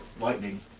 lightning